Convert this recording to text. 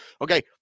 Okay